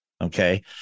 Okay